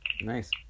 Nice